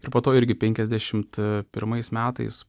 ir po to irgi penkiasdešimt pirmais metais